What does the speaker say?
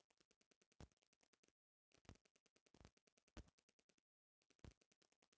पलवार एगो विधि ह जवना से माटी मे नमी बनल रहेला